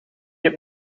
heb